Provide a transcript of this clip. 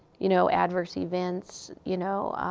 you know, adverse events, you know,